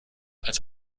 als